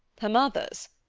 her mother's!